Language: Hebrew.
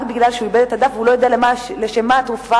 מפני שהוא איבד את הדף והוא לא יודע לשם מה התרופה.